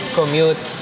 Commute